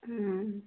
ആ